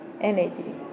energy